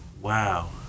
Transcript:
Wow